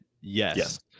Yes